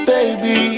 Baby